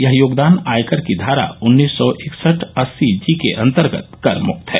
यह योगदान आयकर की धारा उन्नीस सौ इकसठ अस्सी जी के अंतर्गत कर मुक्त है